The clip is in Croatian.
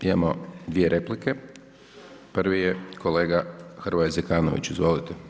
Imamo dvije replike, prvi je kolega Hrvoje Zekanović, izvolite.